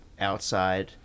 outside